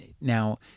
Now